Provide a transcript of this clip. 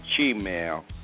gmail